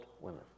women